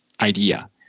idea